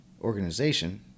organization